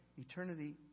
Eternity